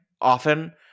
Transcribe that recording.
often